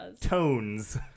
tones